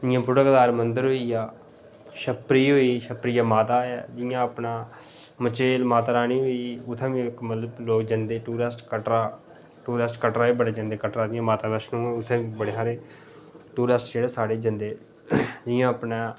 जियां बुड़ा कतार मंदिर होई गेआ छप्परी होई गेई छप्परी माता ऐ जियां अपना मचेल माता रानी होई गेई उत्थै बी एक्क मतलब लोग जंदे टूरिस्ट कटड़ा टूरिस्ट कटड़ा बी बड़े जंदे कटड़ा जियां माता वैष्णो उत्थै बड़े हारे टूरिस्ट जेह्ड़े स्हाड़े जंदे जियां अपने